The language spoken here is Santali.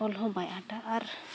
ᱚᱞ ᱦᱚᱸ ᱵᱟᱭ ᱟᱸᱴᱟ ᱟᱨ